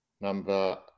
number